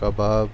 کباب